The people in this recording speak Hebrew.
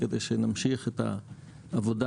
כדי שנמשיך את העבודה